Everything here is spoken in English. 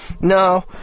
No